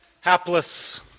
hapless